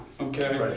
okay